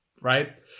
right